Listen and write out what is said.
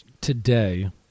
today